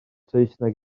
saesneg